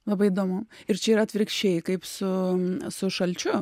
labai įdomu ir čia yra atvirkščiai kaip su su šalčiu